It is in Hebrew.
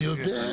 אני יודע.